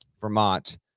vermont